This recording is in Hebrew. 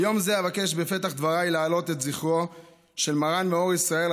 ביום זה אבקש בפתח דבריי להעלות את זכרו של מרן מאור ישראל,